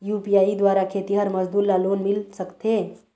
UPI द्वारा खेतीहर मजदूर ला लोन मिल सकथे?